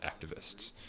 activists